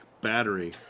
battery